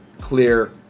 clear